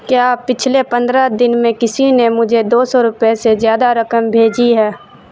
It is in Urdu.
کیا پچھلے پندرہ دن میں کسی نے مجھے دو سو روپئے سے زیادہ رقم بھیجی ہے